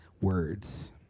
words